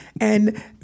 And-